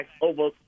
over